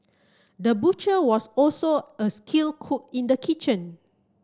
the butcher was also a skilled cook in the kitchen